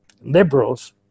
liberals